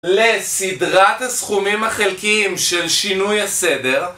לסדרת הסכומים החלקיים של שינוי הסדר